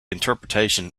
interpretation